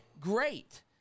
great